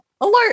Alert